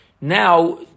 now